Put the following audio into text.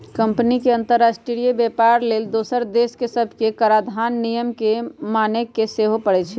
company के अंतरराष्ट्रीय व्यापार लेल दोसर देश सभके कराधान नियम के माने के सेहो परै छै